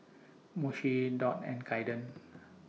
Moshe Dot and Caiden